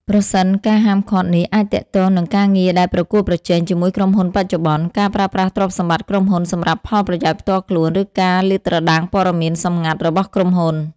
ប្រសិនការហាមឃាត់នេះអាចទាក់ទងនឹងការងារដែលប្រកួតប្រជែងជាមួយក្រុមហ៊ុនបច្ចុប្បន្ន ការប្រើប្រាស់ទ្រព្យសម្បត្តិក្រុមហ៊ុនសម្រាប់ផលប្រយោជន៍ផ្ទាល់ខ្លួន ឬការលាតត្រដាងព័ត៌មានសង្ងាត់របស់ក្រុមហ៊ុន។